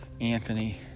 Anthony